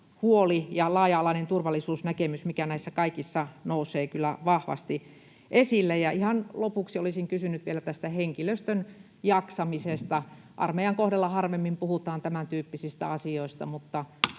ja laaja-alainen turvallisuusnäkemys, mikä näissä kaikissa nousee kyllä vahvasti esille. Ja ihan lopuksi olisin kysynyt vielä tästä henkilöstön jaksamisesta. Armeijan kohdalla harvemmin puhutaan tämäntyyppisistä asioista,